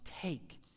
take